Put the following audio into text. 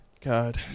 God